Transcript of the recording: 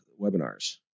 webinars